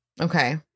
Okay